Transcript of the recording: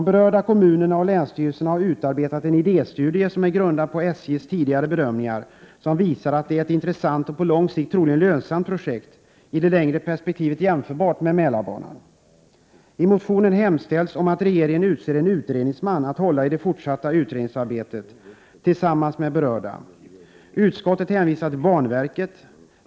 Berörda kommuner och länsstyrelser har utarbetat en idéstudie som är grundad på SJ:s tidigare bedömningar. Den visar att det är ett intressant och på lång sikt troligen lönsamt projekt, i det längre perspektivet jämförbart med Mälarbanan. I motionen hemställs om att regeringen utser en utredningsman att hålla i det fortsatta utredningsarbetet tillsammans med berörda. Utskottet hänvisar till banverket.